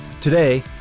Today